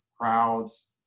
crowds